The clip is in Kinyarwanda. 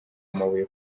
amabuye